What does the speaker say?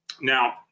Now